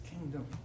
kingdom